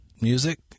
music